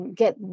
get